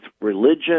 religion